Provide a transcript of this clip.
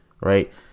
Right